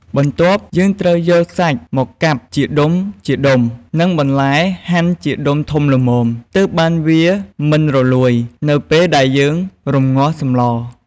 បន្ទាប់យើងត្រូវយកសាច់មកកាប់ជាដំុៗ និងបន្លែហាន់ដុំធំល្មម ទើបបានវាមិនរលួយនៅពេលដែលយើងរំងាស់សម្ល។